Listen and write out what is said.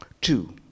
Two